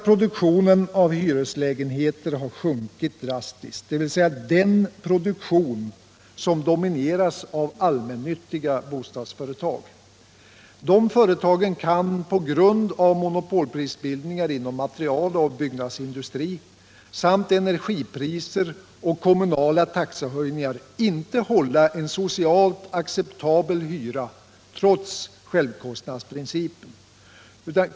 Produktionen av hyreslägenheter har sjunkit drastiskt, dvs. den produktion som domineras av allmännyttiga bostadsföretag. Dessa företag kan, på grund av monopolprisbildningar inom materialoch byggnadsindustri samt energipriser och kommunala taxehöjningar, inte hålla en socialt acceptabel hyra trots självkostnadsprincipen.